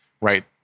right